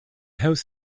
house